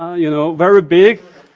you know very big.